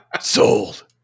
Sold